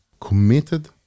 committed